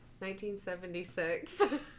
1976